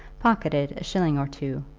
pocketed a shilling or two,